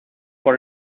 por